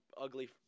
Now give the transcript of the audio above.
ugly